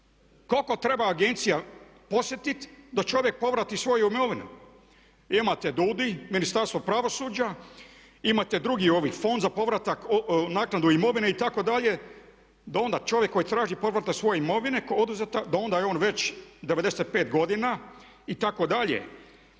Koliko treba agencija podsjetit da čovjek povrati svoju imovinu. Imate DUDI, Ministarstvo pravosuđa, imate drugi ovaj Fond za povaratak, naknadu imovine itd. da onda čovjek koji traži povrat svoje imovine koja je oduzeta da onda je već 95 godina itd.